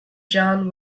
john